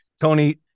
Tony